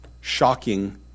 shocking